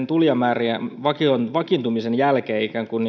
tulijamäärien vakiintumisen jälkeen tämmöinen että ikään kuin